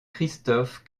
christophe